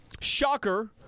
Shocker